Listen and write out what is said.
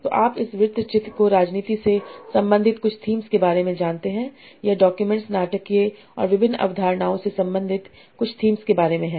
तो आप इस वृत्तचित्र को राजनीति से संबंधित कुछ थीम्स के बारे में जानते हैं यह डॉक्यूमेंट्स नाटकीय और विभिन्न अवधारणाओं से संबंधित कुछ थीम्स के बारे में है